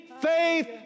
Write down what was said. faith